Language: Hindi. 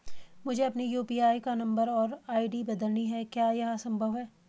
मुझे अपने यु.पी.आई का नम्बर और आई.डी बदलनी है क्या यह संभव है?